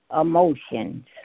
emotions